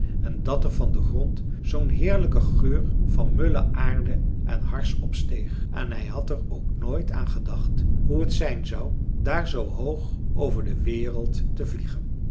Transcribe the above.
en dat er van den grond zoo'n heerlijke geur van mulle aarde en hars opsteeg en hij had er ook nooit aan gedacht hoe t zijn zou daar zoo hoog over de wereld te vliegen